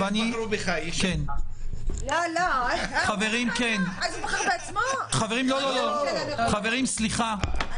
בלשכת עורכי הדין יש ועדות שבוחרות את נציגיה.